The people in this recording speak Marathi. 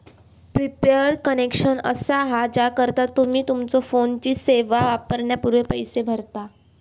प्रीपेड कनेक्शन असा हा ज्याकरता तुम्ही तुमच्यो फोनची सेवा वापरण्यापूर्वी पैसो भरता